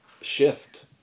shift